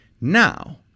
now